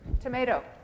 Tomato